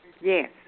Yes